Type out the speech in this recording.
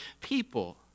people